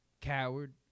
Coward